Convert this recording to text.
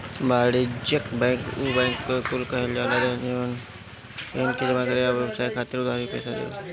वाणिज्यिक बैंक उ बैंक कुल के कहल जाला जवन धन के जमा करे आ व्यवसाय खातिर उधारी पईसा देवे